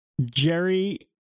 Jerry